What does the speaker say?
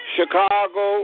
Chicago